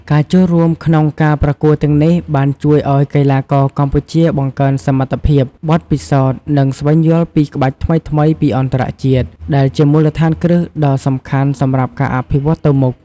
ការចូលរួមក្នុងការប្រកួតទាំងនេះបានជួយឲ្យកីឡាករកម្ពុជាបង្កើនសមត្ថភាព បទពិសោធន៍ និងស្វែងយល់ពីក្បាច់ថ្មីៗពីអន្តរជាតិ ដែលជាមូលដ្ឋានគ្រឹះដ៏សំខាន់សម្រាប់ការអភិវឌ្ឍទៅមុខ។